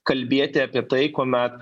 kalbėti apie tai kuomet